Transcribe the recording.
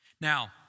Now